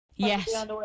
Yes